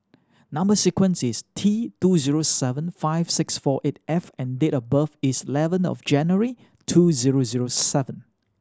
number sequence is T two zero seven five six four eight F and date of birth is eleven of January two zero zero seven